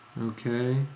Okay